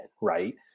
right